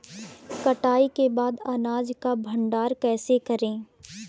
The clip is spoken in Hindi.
कटाई के बाद अनाज का भंडारण कैसे करें?